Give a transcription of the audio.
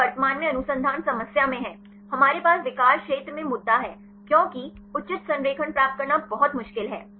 यह वर्तमान में अनुसंधान समस्या में है हमारे पास विकार क्षेत्र में मुद्दा है क्योंकि उचित संरेखण प्राप्त करना बहुत मुश्किल है